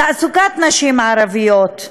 תעסוקת נשים ערביות,